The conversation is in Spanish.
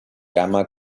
cama